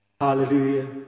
Hallelujah